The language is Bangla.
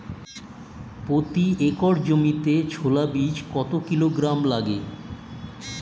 প্রতি একর জমিতে ছোলা বীজ কত কিলোগ্রাম লাগে?